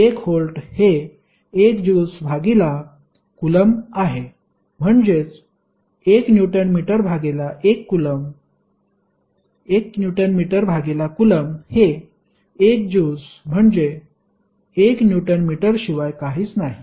1 volt हे 1 joules भागिला coulomb आहे म्हणजेच 1 न्यूटन मीटर भागिला कुलम्ब हे 1 ज्यूल्स म्हणजे 1 न्यूटन मीटरशिवाय काहीच नाही